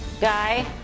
Guy